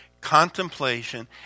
contemplation